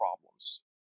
problems